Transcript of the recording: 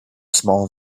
small